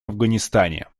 афганистане